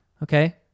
Okay